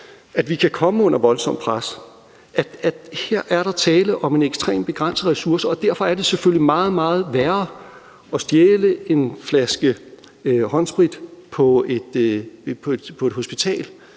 at vi kan komme under et voldsomt pres, ved at der her er tale om en ekstremt begrænset ressource. Og derfor er det selvfølgelig meget, meget værre at stjæle en flaske håndsprit på et hospital,